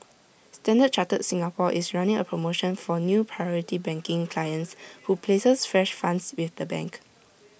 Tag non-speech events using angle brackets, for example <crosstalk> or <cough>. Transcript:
standard chartered Singapore is running A promotion for new <noise> priority banking clients who places fresh funds with the bank